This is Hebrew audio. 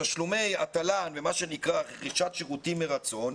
תשלומי התל"ן ומה שנקרא רכישת שירותים מרצון,